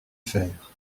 faire